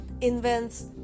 invents